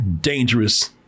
dangerous